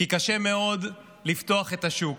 כי קשה מאוד לפתוח את השוק,